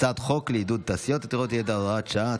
הצעת חוק לעידוד תעשייה עתירת ידע (הוראת שעה),